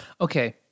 Okay